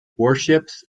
warships